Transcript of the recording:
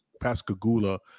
pascagoula